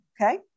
okay